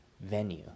venue